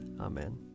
Amen